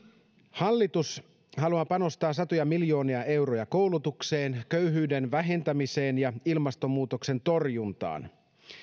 hallitus haluaa panostaa satoja miljoonia euroja koulutukseen köyhyyden vähentämiseen ja ilmastonmuutoksen torjuntaan